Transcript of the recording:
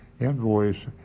Invoice